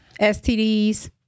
STDs